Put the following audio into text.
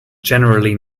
generally